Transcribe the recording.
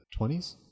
20s